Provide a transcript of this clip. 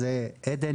אז עדן,